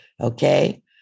Okay